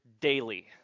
daily